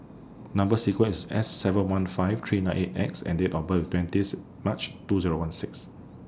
Number sequence IS S seven one five three nine eight X and Date of birth IS twentieth March two Zero one six